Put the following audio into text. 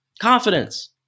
Confidence